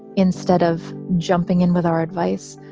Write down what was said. instead of jumping in with our advice,